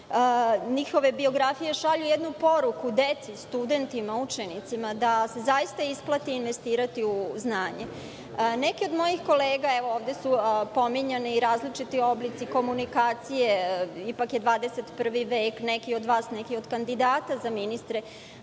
Njihove biografije šalju jednu poruku deci, studentima, učenicima, da se zaista isplati investirati u znanje. Neki od mojih kolega, evo ovde su pominjani različiti oblici komunikacije, ipak je 21. vek, neki od vas, neki od kandidata za ministre